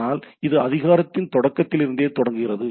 ஆனால் அது அதிகாரத்தின் தொடக்கத்திலிருந்தே தொடங்குகிறது